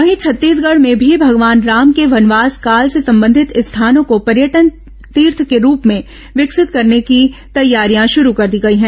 वहीं छत्तीसगढ में भी भगवान राम के वनवास काल से संबंधित स्थानों को पर्यटन तीर्थ के रूप में विकसित करने की तैयारियां शुरू कर दी गई हैं